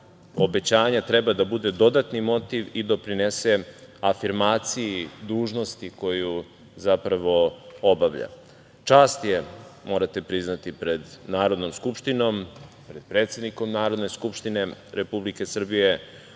obećanja treba da bude dodatni motiv i da doprinese afirmaciji, dužnosti koju obavlja. Čast je, morate priznati, pred Narodnom skupštinom, pred predsednikom Narodne skupštine Republike Srbije